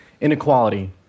inequality